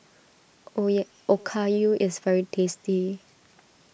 O ye Okayu is very tasty